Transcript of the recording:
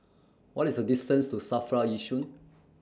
What IS The distance to SAFRA Yishun